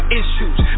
issues